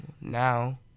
Now